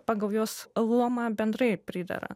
pagal jos luomą bendrai pridera